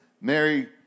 Mary